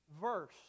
verse